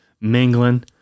mingling